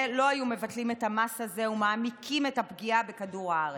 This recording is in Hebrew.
לא היו מבטלים את המס הזה ומעמיקים את הפגיעה בכדור הארץ.